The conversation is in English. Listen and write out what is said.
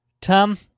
Tom